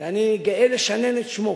שאני גאה לשנן את שמו.